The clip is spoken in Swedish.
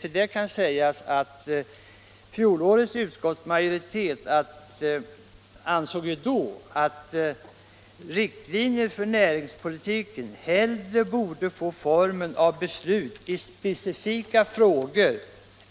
Till detta kan sägas att fjolårets utskottsmajoritet ansåg att riktlinjer för näringspolitiken hellre borde få formen av beslut i speciella frågor